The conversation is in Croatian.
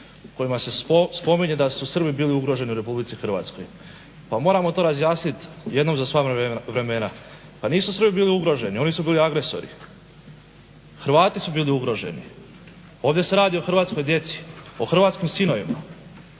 kojima se spominje da su Srbi bili ugroženi u RH. Pa moramo to razjasniti jednom za sva vremena, pa nisu Srbi bili ugroženi oni su bili agresori. Hrvati su bili ugroženi. Ovdje se radi o hrvatskoj djeci, o hrvatskim sinovima.